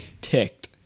ticked